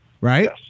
right